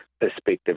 perspective